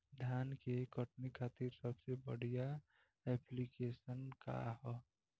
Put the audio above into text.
धान के कटनी खातिर सबसे बढ़िया ऐप्लिकेशनका ह?